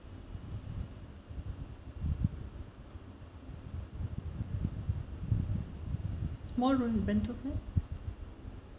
small plan